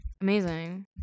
amazing